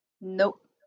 Nope